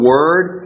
Word